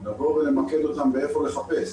לבוא ולמקד אותם איפה לחפש.